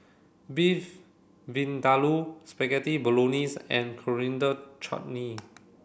Beef Vindaloo Spaghetti Bolognese and Coriander Chutney